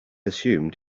assumed